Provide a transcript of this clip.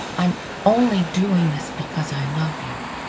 i'm only doing this because i love you.